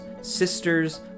sisters